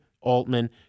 altman